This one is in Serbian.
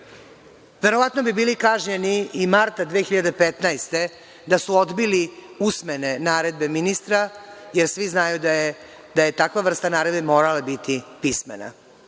Verovatno bi bili kažnjeni i marta 2015. godine da su odbili usmene naredbe ministra, jer svi znaju da je takva vrsta naredbe morala biti pismena.